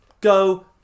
go